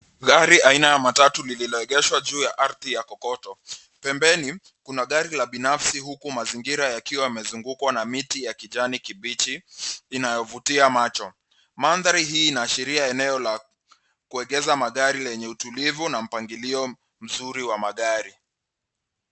Gari aina ya matatu lililoegeshwa juu ya ardhi ya kokoto. Pembeni, kuna gari la binafsi huku mazingira yakiwa yamezungukwa na miti ya kijani kibichi inayovutia macho. Mandhari hii inaashiria eneo la kuegesha magari lenye utulivu na mpangilio mzuri wa magari.